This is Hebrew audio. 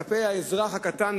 כלפי האזרח הקטן,